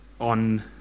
on